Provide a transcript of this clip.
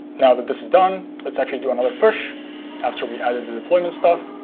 now that this is done, let's actually do another push after we add the deployment stuff.